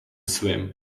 swim